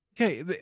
Okay